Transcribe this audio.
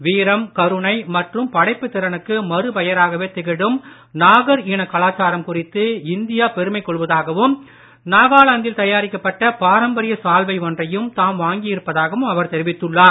வீரம் கருணை மற்றும் படைப்புத் திறனுக்கு மறுபெயராகவேத் திகழும் நாகர் இன கலாச்சாரம் குறித்து இந்தியா பெருமை கொள்வதாகவும் நாகாலாந்தில் தயாரிக்கப்பட்ட பாரம்பரிய சால்வை ஒன்றையும் தாம் வாங்கியிருப்பதாகவும் அவர் தெரிவித்துள்ளார்